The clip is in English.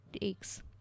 takes